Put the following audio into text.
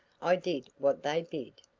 i did what they bid.